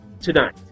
tonight